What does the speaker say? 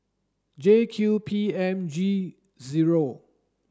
J Q P M G zero